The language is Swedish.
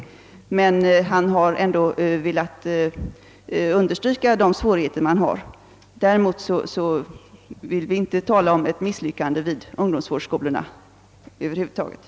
Något misslyckande är det inte heller fråga om.